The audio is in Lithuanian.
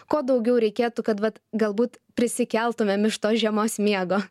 kuo daugiau reikėtų kad vat galbūt prisikeltumėm iš tos žiemos miego